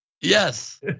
Yes